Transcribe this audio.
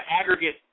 aggregate